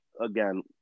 again